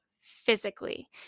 physically